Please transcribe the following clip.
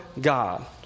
God